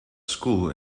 school